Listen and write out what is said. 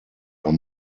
are